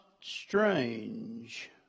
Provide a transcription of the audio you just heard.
strange